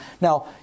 Now